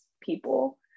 people